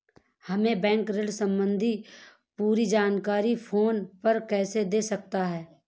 हमें बैंक ऋण संबंधी पूरी जानकारी फोन पर कैसे दे सकता है?